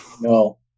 No